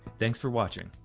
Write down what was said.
thanks for watching.